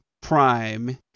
Prime